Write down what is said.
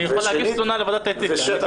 אני יכול להגיש תלונה לוועדת האתיקה.